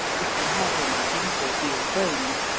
if you have any beef or veal bones,